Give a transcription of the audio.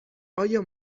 آیا